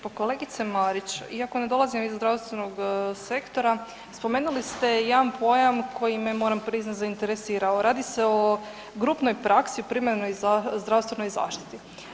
Pa kolegice Marić, iako ne dolazim iz zdravstvenog sektora, spomenuli ste jedan pojam koji me moram priznat zainteresirao, radi se o grupnoj praksi u primarnoj zdravstvenoj zaštiti.